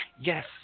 Yes